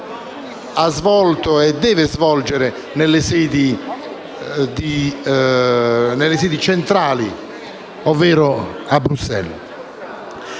ha svolto e deve svolgere nelle sedi centrali, ovvero a Bruxelles.